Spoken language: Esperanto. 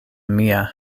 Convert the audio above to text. mia